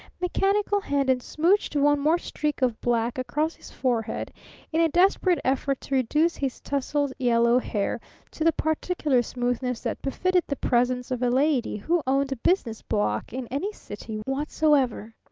mechanical hand and smouched one more streak of black across his forehead in a desperate effort to reduce his tousled yellow hair to the particular smoothness that befitted the presence of a lady who owned a business block in any city whatsoever.